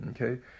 Okay